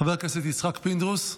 חבר הכנסת יצחק פינדרוס?